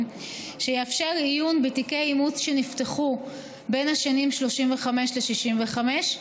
שיאפשר עיון בתיקי אימוץ שנפתחו בין השנים 1935 ל-1965,